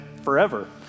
forever